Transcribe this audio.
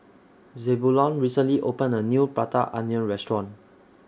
Zebulon recently opened A New Prata Onion Restaurant